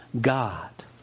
God